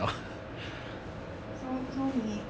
so so 你